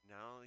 Now